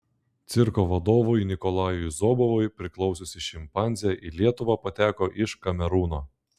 cirko vadovui nikolajui zobovui priklausiusi šimpanzė į lietuvą pateko iš kamerūno